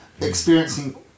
experiencing